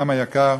בנם היקר,